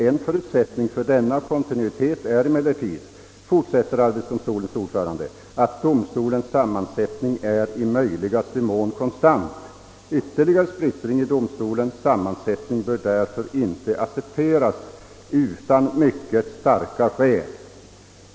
»En förutsättning för denna kontinuitet är emellertid», fortsätter arbetsdomstolens ordförande, »att domstolens sammansättning är i möjligaste mån konstant. Ytterligare splittring i domstolens sammansättning bör därför inte accepteras utan mycket starka skäl.